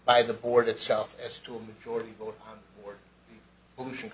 by the board itself as to a majority vote on who should